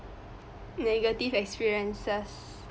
negative experiences